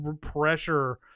pressure